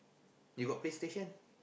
you got PlayStation